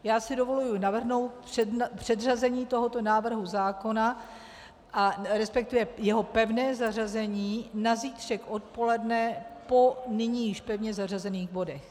Já si dovoluji navrhnout předřazení tohoto návrhu zákona, resp. jeho pevné zařazení na zítřek odpoledne po nyní již pevně zařazených bodech.